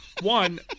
One